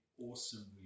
awesome